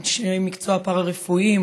אנשי מקצוע פארה-רפואיים,